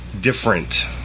different